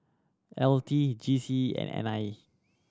L T G C E and N I E